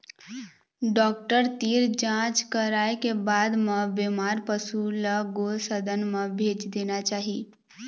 doctor तीर जांच कराए के बाद म बेमार पशु ल गो सदन म भेज देना चाही